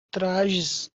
trajes